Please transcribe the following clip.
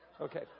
Okay